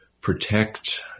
protect